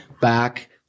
back